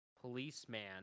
Policeman